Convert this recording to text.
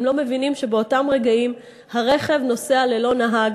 הם לא מבינים שבאותם רגעים הרכב נוסע ללא נהג,